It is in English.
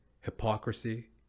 hypocrisy